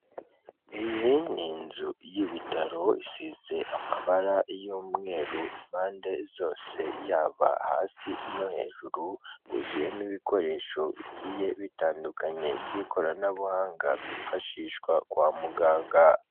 Iyi ni inzu y'ibitaro isize amabara y'umweru impande zose yaba hasi no hejuru, huzuyemo ibikoresho bigiye bitandukanye by'ikoranabuhanga byifashishwa kwa muganga.